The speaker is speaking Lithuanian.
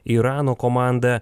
irano komanda